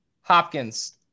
Hopkins